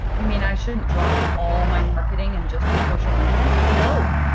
you mean i shouldn't drop all my marketing and just do social media? no!